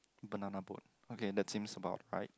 banana boat okay that seems about right